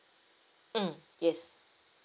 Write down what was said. mm yes